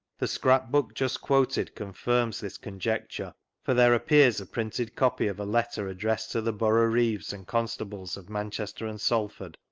the scrap book just quoted confirms this ca njectur for there appears a printed copy of a letter addressed to the boroughreeves and constables of manchaster and salford,